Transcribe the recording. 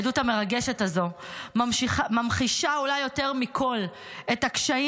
העדות המרגשת הזו ממחישה אולי יותר מכול את הקשיים